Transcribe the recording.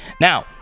Now